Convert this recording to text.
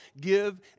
give